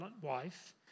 wife